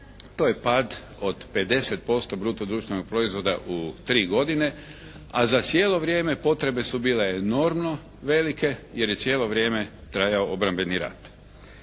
to je pad od 50% bruto društvenog proizvoda u tri godine, a za cijelo vrijeme potrebe su bile enormno velike jer je cijelo vrijeme trajao obrambeni rat.